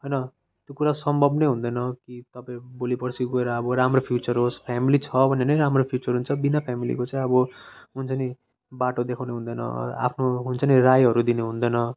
होइन त्यो कुरा सम्भव नै हुँदैन कि तपाईँ भोलिपर्सि गएर अब राम्रो फ्युचर होस् फ्यामिली छ भने नै राम्रो फ्युचर हुन्छ बिना फ्यामिलीको चाहिँ अब हुन्छ नि बाटो देखाउने हुँदैन आफ्नो हुन्छ नि रायहरू दिने हुँदैन